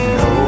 no